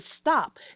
stop